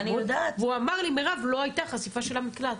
והוא אמר לי מירב, לא היתה חשיפה של המקלט.